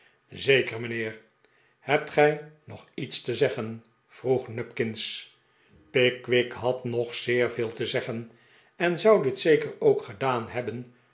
zeker mijnheer hebt gij nog iets te zeggen vroeg nupkins pickwick had nog zeer veel te zeggen en zou dit zeker ook gedaan hebben